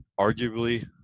arguably